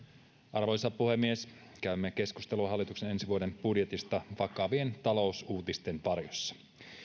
arvoisa puhemies käymme keskustelua hallituksen ensi vuoden budjetista vakavien talousuutisten varjossa